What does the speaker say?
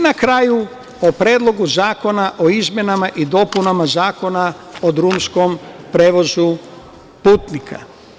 Na kraju o Predlogu zakona o izmenama i dopunama Zakona o drumskom prevozu putnika.